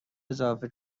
اضافه